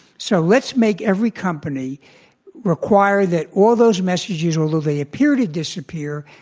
so let's make every company require that all those messages, although they appear to disappear,